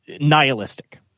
nihilistic